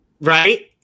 right